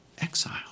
exile